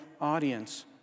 audience